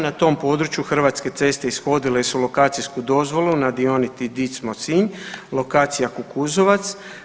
Na tom području Hrvatske ceste ishodile su lokacijsku dozvolu na dionici Dicmo – Sinj lokacija Kukuzovac.